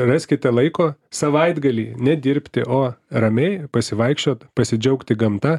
raskite laiko savaitgalį nedirbti o ramiai pasivaikščiot pasidžiaugti gamta